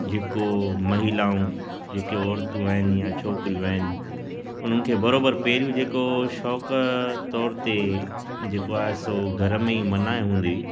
जेको महिलाऊं जेके औरतूं आहिनि या छोकिरियूं आहिनि उन्हनि खे बराबरि पहिरियूं जेको शौक़ु तौर ते जेको आहे सो घर में ई मना हूंदी